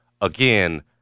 again